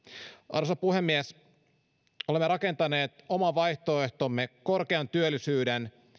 arvoisa puhemies olemme rakentaneet oman vaihtoehtomme korkean työllisyyden